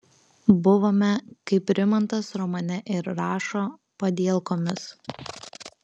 buvome kaip rimantas romane ir rašo padielkomis